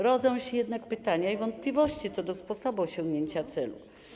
Rodzą się jednak pytania i wątpliwości co do sposobu osiągnięcia celu.